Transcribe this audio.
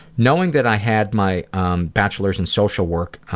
knowing that i had my um bachelor's in social work